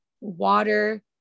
water